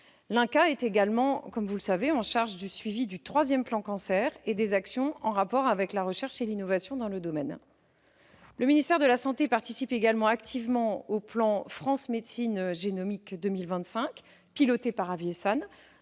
L'institut est également en charge du suivi du troisième plan cancer et des actions en rapport avec la recherche et l'innovation dans ce domaine. Le ministère de la santé participe également activement au plan France médecine génomique 2025, piloté par